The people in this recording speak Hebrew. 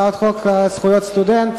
חוק זכויות הסטודנט,